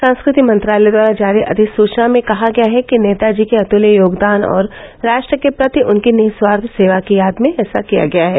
संस्कृति मंत्रालय द्वारा जारी अधिसूचना में कहा गया है कि नेताजी के अत्तल्य योगदान और राष्ट्र के प्रति उनकी निःस्वार्थ सेवा की याद में ऐसा किया गया है